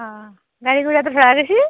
অঁ গাড়ী গুড়াটো ধৰা গৈছে